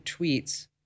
tweets